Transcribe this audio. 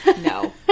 No